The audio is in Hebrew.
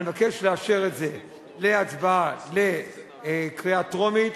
אני מבקש לאשר את זה בהצבעה בקריאה טרומית,